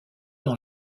dans